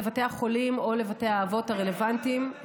לבתי החולים או לבתי האבות הרלוונטיים,